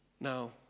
Now